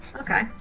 Okay